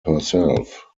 herself